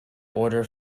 order